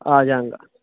ਆ ਜਾਵਾਂਗਾ